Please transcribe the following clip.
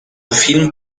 film